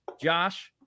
Josh